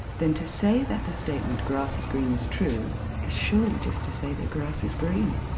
then to say that the statement grass is green is true is surely just to say that grass is green.